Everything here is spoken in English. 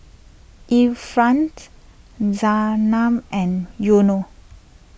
Irfan's Zaynab and Yunos